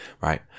right